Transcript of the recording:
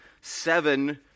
Seven